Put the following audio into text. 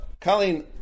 Colleen